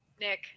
Nick